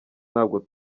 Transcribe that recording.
ntabwo